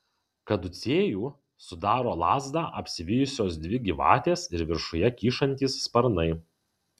kaducėjų sudaro lazdą apsivijusios dvi gyvatės ir viršuje kyšantys sparnai